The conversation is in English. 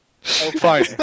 fine